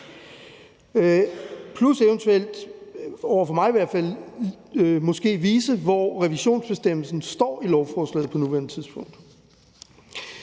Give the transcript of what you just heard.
plus eventuelt at vise, i hvert fald mig, hvor revisionsbestemmelsen står i lovforslaget på nuværende tidspunkt.